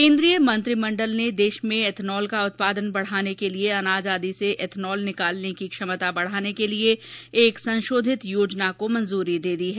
केन्द्रीय मंत्रिमंडल ने देश में इथेनहल का उत्पादन बढाने के लिए अनाज आदि से इथेनहल निकालने की क्षमता बढाने के लिए एक संशोधित योजना को मंजूरी दे दी है